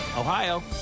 Ohio